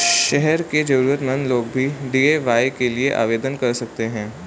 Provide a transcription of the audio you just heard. शहर के जरूरतमंद लोग भी डी.ए.वाय के लिए आवेदन कर सकते हैं